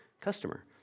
customer